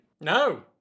No